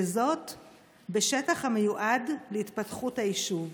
בשטח המיועד להתפתחות היישוב.